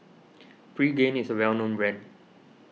Pregain is a well known brand